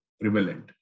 prevalent